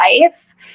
life